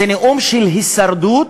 זה נאום של הישרדות